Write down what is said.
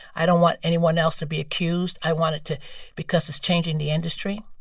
i don't want anyone else to be accused. i want it to because it's changing the industry.